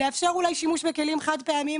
לאפשר אולי שימוש בכלים חד פעמיים.